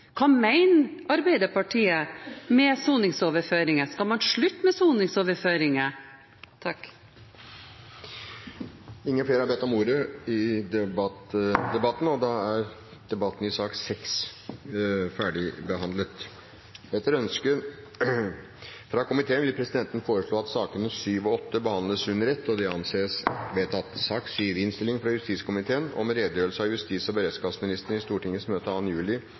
Hva mener Arbeiderpartiet med soningsoverføringer? Skal man slutte med soningsoverføringer? Flere har ikke bedt om ordet til sak nr. 6. Etter ønske fra justiskomiteen vil presidenten foreslå at sakene nr. 7 og 8 behandles under ett. – Det anses vedtatt. Etter ønske fra justiskomiteen vil presidenten foreslå at taletiden blir begrenset til 5 minutter til hver partigruppe og